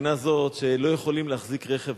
מהבחינה הזאת שלא יכולים להחזיק רכב,